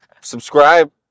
subscribe